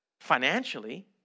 financially